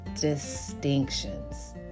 distinctions